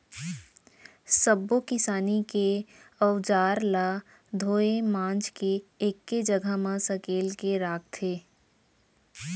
सब्बो किसानी के अउजार ल धोए मांज के एके जघा म सकेल के राखथे